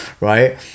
right